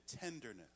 tenderness